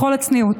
בכל הצניעות.